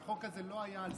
החוק הזה לא היה על סדר-היום.